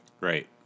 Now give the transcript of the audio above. Right